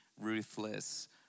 ruthless